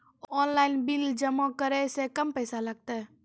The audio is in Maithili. ऑनलाइन बिल जमा करै से कम पैसा लागतै?